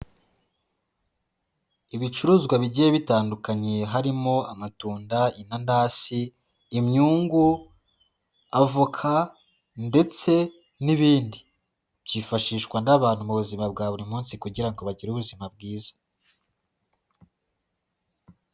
Ibicuruzwa bigiye bitandukanye, harimo amatunda, inanasi, imyungu, avoka ndetse n'ibindi. Byifashishwa n'abantu mu buzima bwa buri munsi kugira ngo bagire ubuzima bwiza.